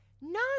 No